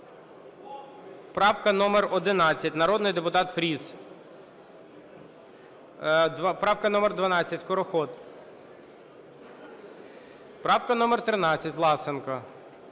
Правка номер 11, народний депутат Фріс. Правка номер 12, Скороход. Правка номер 13, Власенко.